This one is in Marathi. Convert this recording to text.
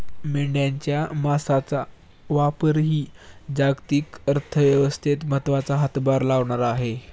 मेंढ्यांच्या मांसाचा व्यापारही जागतिक अर्थव्यवस्थेत महत्त्वाचा हातभार लावणारा आहे